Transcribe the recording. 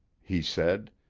he said,